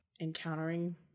encountering